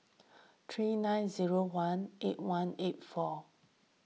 three nine zero one eight one eight four